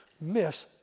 miss